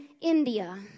India